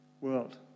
world